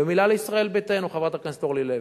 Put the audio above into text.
ומלה לישראל ביתנו, חברת הכנסת אורלי לוי.